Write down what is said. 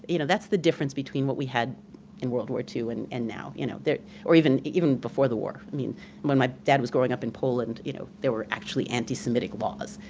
you know that's the difference between what we had in world war two and and now. you know or even even before the war. i mean when my dad was growing up in poland, you know there were actually anti-semitic laws.